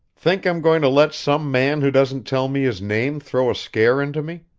think i'm going to let some man who doesn't tell me his name throw a scare into me?